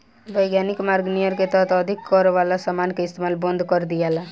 वैधानिक मार्ग नियर के तहत अधिक कर वाला समान के इस्तमाल बंद कर दियाला